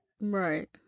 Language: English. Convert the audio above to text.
Right